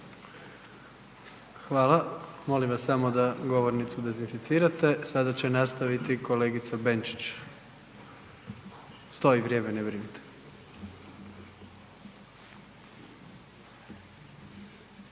Hvala. Molim vas samo da govornicu dezinficirate. Sada će nastavit kolegica Benčić. Stoji vrijeme, ne brinite.